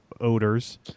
odors